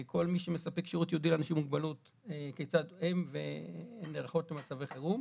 כל מי שמספק שירות לאנשים עם מוגבלות יודע כיצד הם נערכים למצבי חירום.